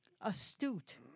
astute